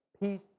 peace